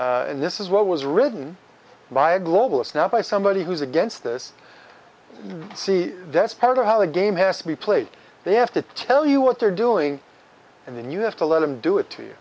and this is what was written by a global it's not like somebody who's against this see that's part of how the game has to be played they have to tell you what they're doing and then you have to let them do it to you